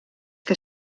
que